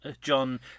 John